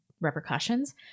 repercussions